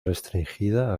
restringida